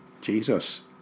Jesus